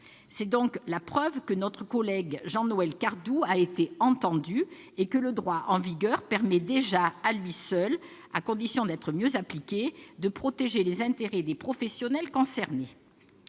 C'est donc la preuve que notre collègue Jean-Noël Cardoux a été entendu et que le droit en vigueur permet déjà, à lui seul, à condition d'être mieux appliqué, de protéger les intérêts des professionnels concernés.